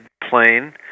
plane